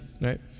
right